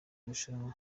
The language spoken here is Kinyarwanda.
rushanwa